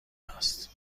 است